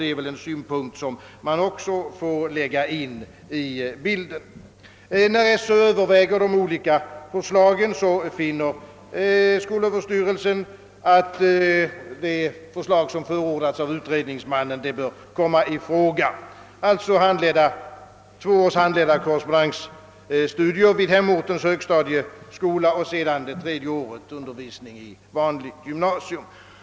Det är väl en synpunkt som man också bör ta med i bilden. SÖ har vid sina överväganden funnit, att det förslag som förordas av utredningsmannen bör komma i fråga, alltså två års handledda korrespondensstudier vid hemortens högstadieskola och under det tredje året undervisning vid vanligt gymnasium.